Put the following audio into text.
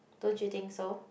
don't you think so